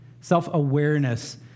self-awareness